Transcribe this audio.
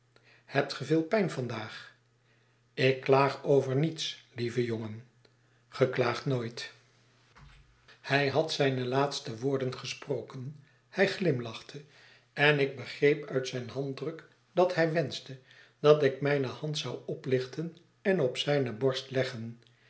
hebt ge veel pijn vandaag ik klaag over niets lieve jongen geklaagt nooit hij had zijne laatste woorden gesproken hij glimlachte en ik begreep uit zijn handdruk dat hij wenschte dat ik mijne hand zou oplichten en op zijne borst leggen